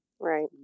Right